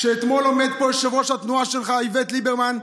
אתמול עומד פה יושב-ראש התנועה שלך, איווט ליברמן,